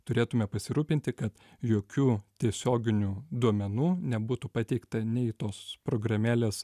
turėtume pasirūpinti kad jokių tiesioginių duomenų nebūtų pateikta nei tos programėlės